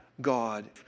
God